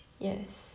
yes